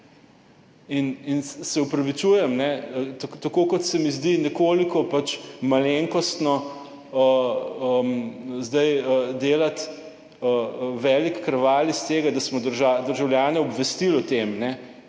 In se opravičujem, ne, tako kot se mi zdi nekoliko pač malenkostno zdaj delati velik kraval iz tega, da smo državljane obvestili o tem,